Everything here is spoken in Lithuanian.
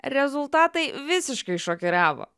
rezultatai visiškai šokiravo